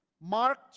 mark